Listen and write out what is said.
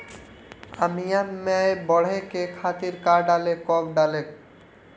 आमिया मैं बढ़े के खातिर का डाली कब कब डाली?